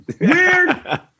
Weird